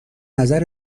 نظر